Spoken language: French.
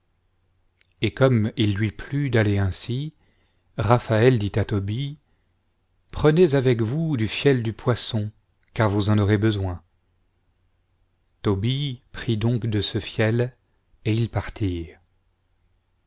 et comme il lui plut d'aller ainsi raphaël dit à tobie prenez avec vous du fiel du poisson car vous en aurez besoin tobie prit donc de ce fiel et ils partirent